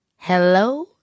hello